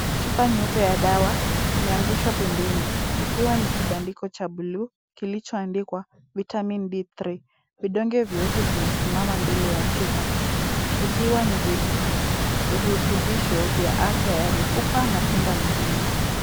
Chupa nyeupe ya dawa imengushwa pembeni, ikiwa ni kibandiko cha buluu kilichoandikwa Vitamin D 3. Vidonge vyeupe vimesimama mbele ya chupa, vikiwa ni virutubisho vya afya ya mifupa na kinga mwilini.